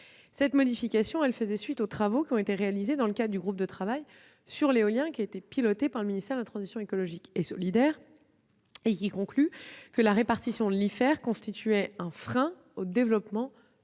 Cette modification faisait suite aux travaux réalisés au sein du groupe de travail sur l'éolien piloté par le ministère de la transition écologique et solidaire, qui a conclu que la répartition de l'IFER constituait un frein au développement de